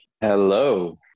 Hello